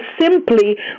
simply